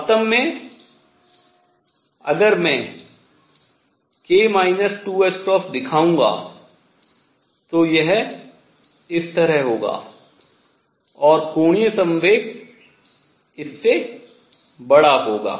वास्तव में k 2ℏ अगर मैं दिखाऊंगा तो यह इस तरह होगा और कोणीय संवेग इससे बड़ा होगा